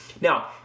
Now